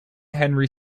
henry